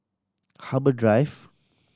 Harbour Drive